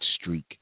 streak